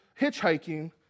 hitchhiking